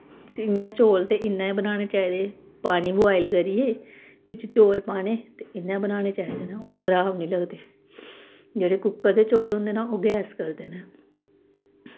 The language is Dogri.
इ'यां चौल ते इ'यां गै बनाने चाहिदे पानी बोआइल करियै बिच्च चौल पाने ते इ'यां बनान्ने चाहिदे न ओह खराब निं लगदे जेह्डे कुक्कर दे चौल होंदे न ओह् गैस करदे न